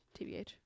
tbh